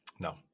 No